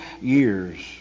years